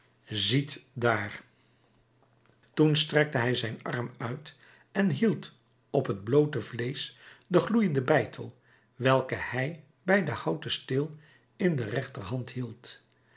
zietdaar toen strekte hij zijn arm uit en hield op het bloote vleesch den gloeienden beitel welke hij bij den houten steel in de rechterhand hield